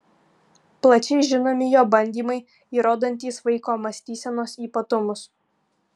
plačiai žinomi jo bandymai įrodantys vaiko mąstysenos ypatumus